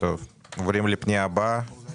הצבעה הפנייה אושרה